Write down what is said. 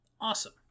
Awesome